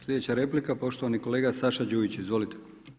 Sljedeća replika poštovani kolega Saša Đujić, izvolite.